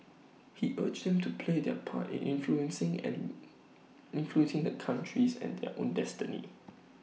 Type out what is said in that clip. he urged them to play their part in influencing and influencing the country's and their own destiny